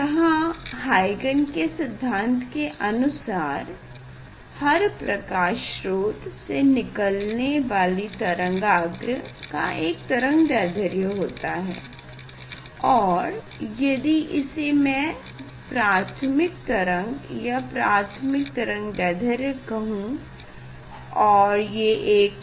यहाँ हाइगन के सिद्धांत के अनुसार हर प्रकाश स्रोत से निकालने वाले तरंगाग्र का एक तरंगदैढ्र्य होता है और यदि इसे मै प्राथमिक तरंग या प्राथमिक तरंगदैढ्र्य कहें और ये एक